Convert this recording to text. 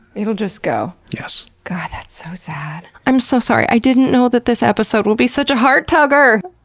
it'll just go. yes. god, that's so sad. i'm so sorry, i didn't know that this episode would be such a heart-tugger!